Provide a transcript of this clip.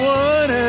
one